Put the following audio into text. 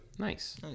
Nice